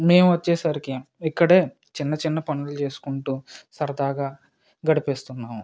మేము వచ్చేసరికి ఇక్కడే చిన్న చిన్న పనులు చేసుకుంటు సరదాగా గడిపేస్తున్నాము